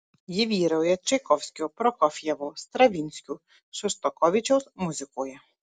ji vyrauja čaikovskio prokofjevo stravinskio šostakovičiaus muzikoje